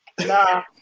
Nah